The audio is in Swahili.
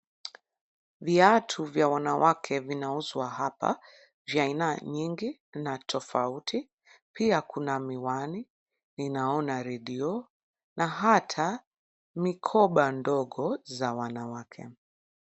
Viatu vya wanawake vinauzwa hapa vya aina nyingi na tofauti. Pia, kuna miwani, ninaona redio, na hata mikoba ndogo za wanawake.